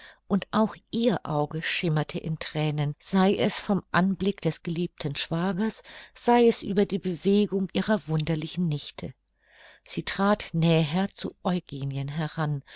und auch ihr auge schimmerte in thränen sei es vom anblick des geliebten schwagers sei es über die bewegung ihrer wunderlichen nichte sie trat näher zu eugenien heran